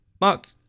Mark